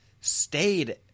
stayed